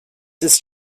ist